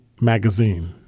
magazine